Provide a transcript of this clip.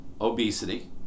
obesity